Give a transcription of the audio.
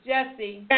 Jesse